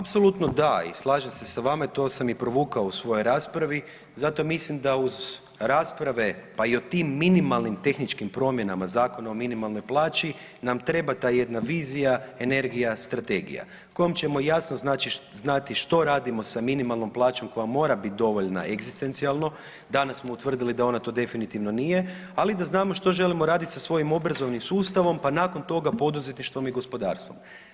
Apsolutno da i slažem se s vama i to sam provukao u svojoj raspravi zato mislim da uz rasprave pa i o tim minimalnim tehničkim promjenama Zakona o minimalnoj plaći nam treba ta jedna vizija, energija, strategija kojoj ćemo jasno znati što radimo sa minimalnom plaćom koja mora biti dovoljna egzistencijalno, danas smo utvrdili da ona to definitivno nije, ali da znamo i što želimo raditi sa svojim obrazovnim sustavom, pa nakon toga poduzetništvom i gospodarstvom.